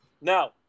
Now